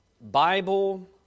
Bible